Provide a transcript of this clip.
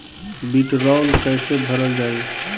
वीडरौल कैसे भरल जाइ?